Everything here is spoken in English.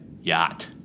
Yacht